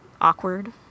awkward